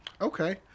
Okay